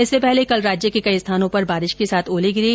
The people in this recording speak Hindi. इसर्स पहले कल राज्य के कई स्थानों पर बारिश के साथ ओले गिरे